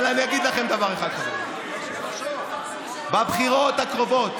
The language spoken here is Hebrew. אבל אני אגיד לכם דבר אחד: בבחירות הקרובות